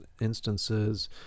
instances